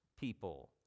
people